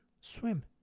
swim